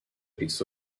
piece